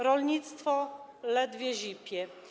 Rolnictwo ledwie zipie.